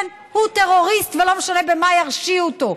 כן, הוא טרוריסט, ולא משנה במה ירשיעו אותו.